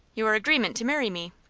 your agreement to marry me,